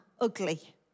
ugly